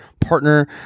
partner